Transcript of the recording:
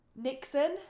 Nixon